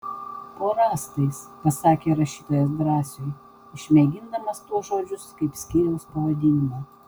po rąstais pasakė rašytojas drąsiui išmėgindamas tuos žodžius kaip skyriaus pavadinimą